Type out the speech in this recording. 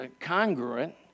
congruent